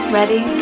Ready